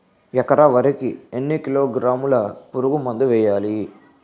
ఎకర వరి కి ఎన్ని కిలోగ్రాముల పురుగు మందులను వేయాలి?